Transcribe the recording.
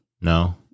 No